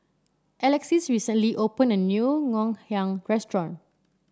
Alexys recently opened a new Ngoh Hiang Restaurant